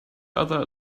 other